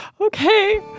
Okay